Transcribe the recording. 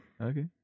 Okay